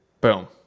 Boom